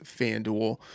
FanDuel